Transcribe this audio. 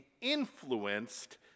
influenced